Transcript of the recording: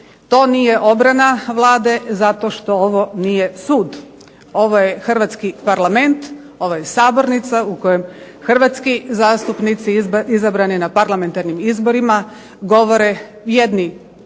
To nije obrana Vlade zato što ovo nije sud. Ovo je hrvatski Parlament, ovo je sabornica u kojem hrvatski zastupnici izabrani na parlamentarnim izborima govore jedni